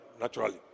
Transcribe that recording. naturally